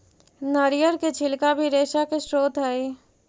नरियर के छिलका भी रेशा के स्रोत हई